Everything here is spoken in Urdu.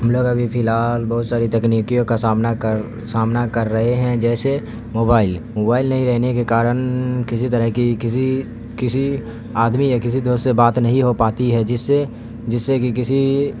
ہم لوگ ابھی فی الحال بہت ساری تکنیکوں کا سامنا کر سامنا کر رہے ہیں جیسے موبائل موبائل نہیں رہنے کے کارن کسی طرح کی کسی کسی آدمی یا کسی دوست سے بات نہیں ہو پاتی ہے جس سے جس سے کہ کسی